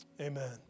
Amen